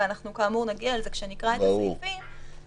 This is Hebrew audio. וכאמור נגיע אל זה כשנקרא את הסעיפים -- ברור.